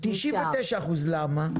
למה?